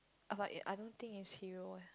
ah but he I don't he's hero